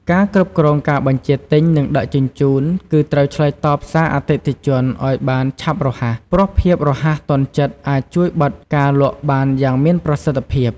ការគ្រប់គ្រងការបញ្ជាទិញ និងដឹកជញ្ជូនគឺ ត្រូវឆ្លើយតបសារអតិថិជនឱ្យបានឆាប់រហ័ស ព្រោះភាពរហ័សទាន់ចិត្តអាចជួយបិទការលក់បានយ៉ាងមានប្រសិទ្ធភាព។